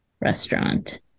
restaurant